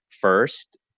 first